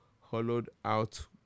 hollowed-out